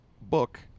book